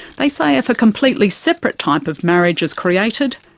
they say if a completely separate type of marriage is created,